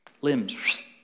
limbs